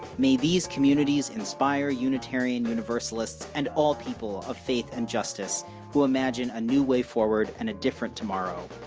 may these communities inspire unitarian universalists and all people of faith and justice who imagine a new way forward and a different tomorrow.